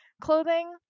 clothing